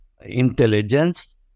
intelligence